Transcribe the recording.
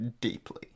deeply